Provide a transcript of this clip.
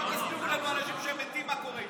בואו תסבירו לנו: אנשים שמתים, מה קורה איתם?